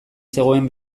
zegoen